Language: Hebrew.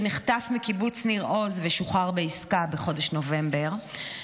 שנחטף מקיבוץ ניר עוז ושוחרר בעסקה בחודש נובמבר.